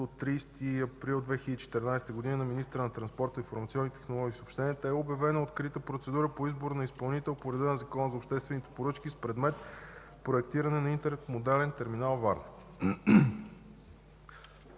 от 30 април 2014 г. на министъра на транспорта, информационните технологии и съобщенията е обявена открита процедура за избор на изпълнител по реда на Закона за обществените поръчки с предмет „Проектиране на интермодален терминал Варна”.